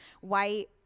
white